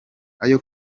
ayo